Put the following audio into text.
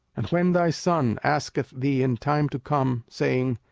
and when thy son asketh thee in time to come, saying,